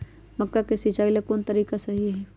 मक्का के सिचाई ला कौन सा तरीका सही है?